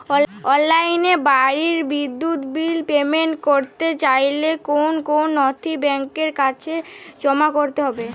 অনলাইনে বাড়ির বিদ্যুৎ বিল পেমেন্ট করতে চাইলে কোন কোন নথি ব্যাংকের কাছে জমা করতে হবে?